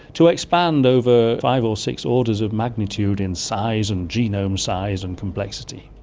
to expand over five or six orders of magnitude in size, and genome size and complexity.